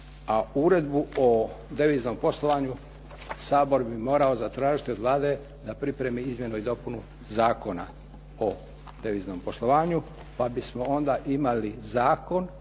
uredbu o deviznom poslovanju Sabor bi trebao zatražiti od Vlade da pripremi izmjenu i dopunu zakona o deviznom poslovanju pa bismo onda imali zakon